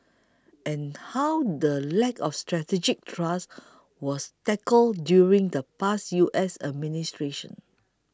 and how the lack of strategic trust was tackled during the past U S administrations